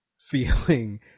feeling